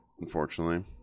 unfortunately